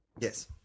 Yes